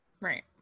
right